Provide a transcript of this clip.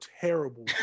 terrible